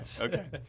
Okay